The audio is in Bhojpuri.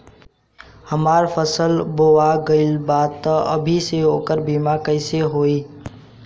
हमार फसल बोवा गएल बा तब अभी से ओकर बीमा कइसे होई?